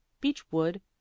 beechwood